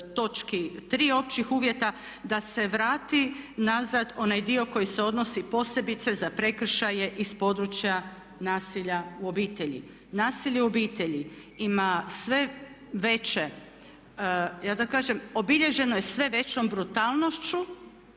tri općih uvjeta da se vrati nazad onaj dio koji se odnosi posebice za prekršaje iz područja nasilja u obitelji. Nasilje u obitelji ima sve veće da tako kažem, obilježeno je sve većom brutalnošću.